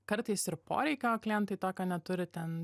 kartais ir poreikio klientai tokio neturi ten